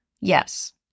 Yes